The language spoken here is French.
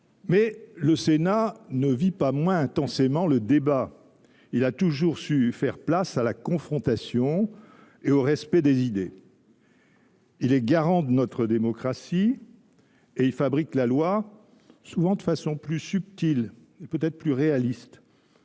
le Sénat ne vit pas moins intensément le débat ; il a toujours su faire place à la confrontation et au respect des idées. Il est le garant de notre démocratie et fabrique la loi de façon plus subtile et peut-être plus réaliste.